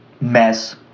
mess